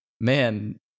man